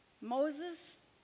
Moses